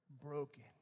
broken